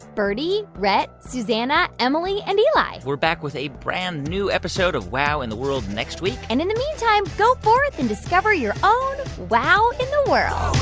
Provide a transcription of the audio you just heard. birdie, rhett, suzannah, emily and eli we're back with a brand new episode of wow in the world next week and in the meantime, go forth and discover your own wow in the world